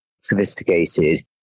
sophisticated